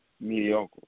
mediocre